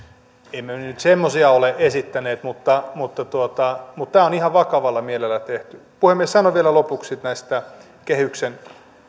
emme me nyt semmoisia ole esittäneet mutta mutta tämä on ihan vakavalla mielellä tehty puhemies sanon vielä lopuksi tästä kehyksen